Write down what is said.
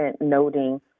noting